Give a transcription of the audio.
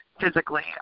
physically